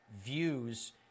views